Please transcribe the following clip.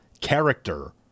character